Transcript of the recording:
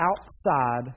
outside